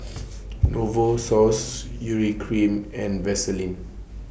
Novosource Urea Cream and Vaselin